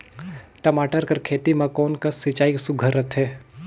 टमाटर कर खेती म कोन कस सिंचाई सुघ्घर रथे?